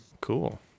Cool